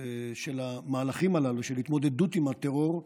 של המהלכים הללו של התמודדות עם הטרור,